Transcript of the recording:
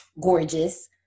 gorgeous